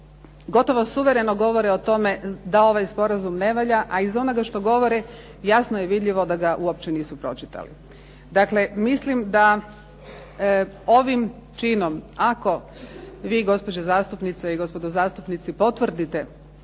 gotovo suvereno govore o tome da ovaj sporazum ne valja, a iz onoga što govore jasno je vidljivo da ga uopće nisu pročitali. Dakle mislim da ovim činom, ako vi gospođe zastupnice i gospodo zastupnici potvrdite